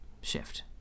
shift